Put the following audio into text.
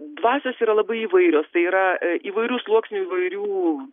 dvasios yra labai įvairios tai yra įvairių sluoksnių įvairių